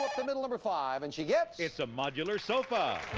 the middle, number five, and she gets. it's a modular sofa.